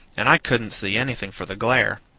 and i couldn't see anything for the glare.